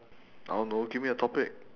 I don't know give me a topic